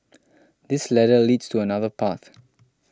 this ladder leads to another path